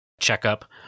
checkup